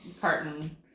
carton